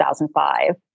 2005